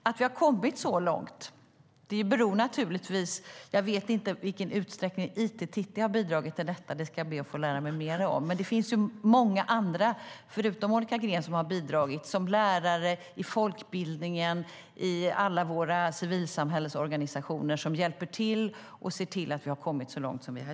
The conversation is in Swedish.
Jag vet inte i vilken utsträckning it-Titti har bidragit till att vi har kommit så långt - det ska jag be att få lära mig mer om - men förutom Monica Green finns det naturligtvis många andra som har bidragit. Det är lärare i folkbildningen och i våra civilsamhällsorganisationer som har hjälpt till och sett till att vi har nått så långt.